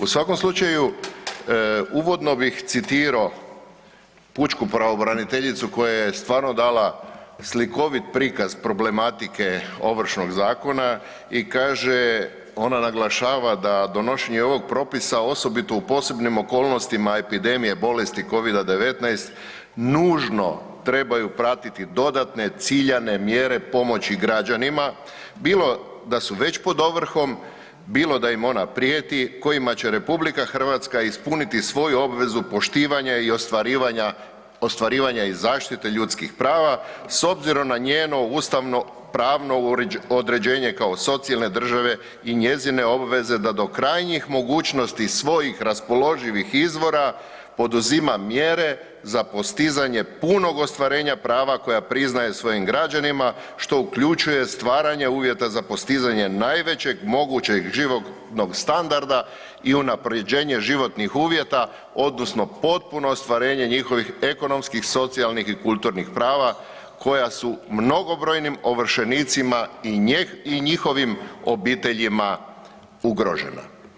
U svakom slučaju uvodno bih citiro pučku pravobraniteljicu koja je stvarno dala slikovit prikaz problematike Ovršnog zakona i kaže, ona naglašava da donošenje ovog propisa osobito u posebnim okolnostima epidemije bolesti Covid-19 nužno trebaju pratiti dodatne ciljane mjere pomoći građanima, bilo da su već pod ovrhom, bilo da im ona prijeti, kojima će RH ispuniti svoju obvezu poštivanja i ostvarivanja, ostvarivanja i zaštite ljudskih prava s obzirom na njeno ustavno pravno određenje kao socijalne države i njezine obveze da do krajnjih mogućnosti svojih raspoloživih izvora poduzima mjere za postizanje punog ostvarenja prava koja priznaje svojim građanima što uključuje stvaranje uvjeta za postizanje najvećeg mogućeg životnog standarda i unaprjeđenje životnih uvjeta odnosno potpuno ostvarenje njihovih ekonomskih, socijalnih i kulturnih prava koja su mnogobrojnim ovršenicima i njihovim obiteljima ugrožena.